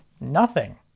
nothing.